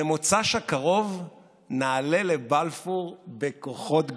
במוצ"ש הקרוב נעלה לבלפור בכוחות גדולים.